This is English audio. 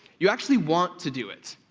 you actually want to do it.